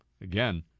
Again